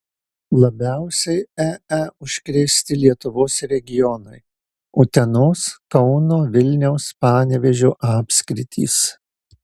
labiausiai ee užkrėsti lietuvos regionai utenos kauno vilniaus panevėžio apskritys